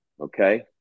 Okay